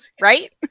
right